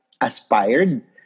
aspired